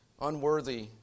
unworthy